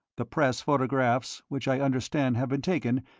the press photographs, which i understand have been taken,